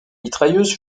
mitrailleuse